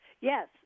Yes